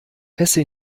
pässe